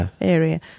area